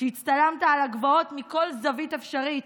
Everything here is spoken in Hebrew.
שהצטלמת על הגבעות מכל זווית אפשרית,